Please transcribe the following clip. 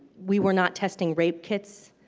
we were not testing rape kits,